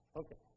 okay